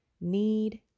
Need